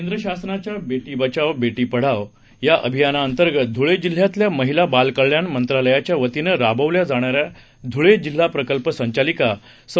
केंद्रशासनाच्याबेटीबचाव बेटीपढावया अभियानाअंतर्गतध्वळेजिल्ह्यातल्यामहिलाबालकल्याणमंत्रालयाच्यावतीनराबवल्याजाणाऱ्याध्वळेजिल्हाप्रकल्पसंचालिका सौ